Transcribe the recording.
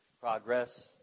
progress